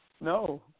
No